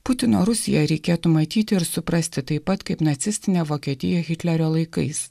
putino rusija reikėtų matyti ir suprasti taip pat kaip nacistinė vokietija hitlerio laikais